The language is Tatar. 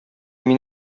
мин